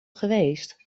geweest